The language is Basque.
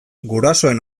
gurasoen